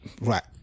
Right